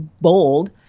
bold